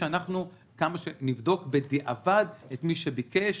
ושנבדוק בדיעבד את מי שביקש.